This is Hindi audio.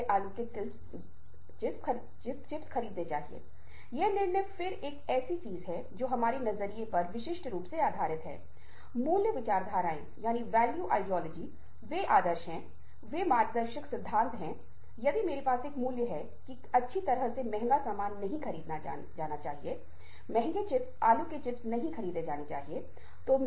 तो यह है क्विज़ जिस पर हम ध्यान केंद्रित करने जा रहे हैं आप क्विज़ को पूरा करना हैं और फिर आपको चर्चा में बताना हैक्विज़ में आपका अपना मूल्यांकन मेरी ओर से प्रस्तुति और आपके सुनने के बाद होगा फिर हम प्रश्नोत्तरी के बाद परिचय पर सुनने की प्रासंगिकता पर सुनने की बाधाओं पर अथवा कैसे एक अच्छा श्रोता बने और इसके निश्चित रूप से संदर्भों में आगे बढ़ेंगे